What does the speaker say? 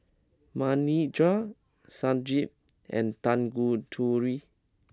Manindra Sanjeev and Tanguturi